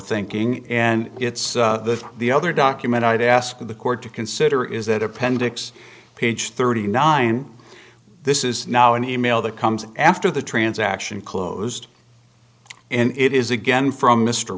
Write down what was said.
thinking and it's the other document i'd ask the court to consider is that appendix page thirty nine this is now an e mail that comes after the transaction closed and it is again from m